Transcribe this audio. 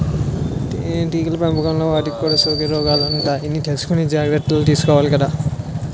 తేనెటీగల పెంపకంలో వాటికి కూడా సోకే రోగాలుంటాయని తెలుసుకుని జాగర్తలు తీసుకోవాలి కదా